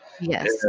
yes